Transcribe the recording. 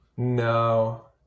no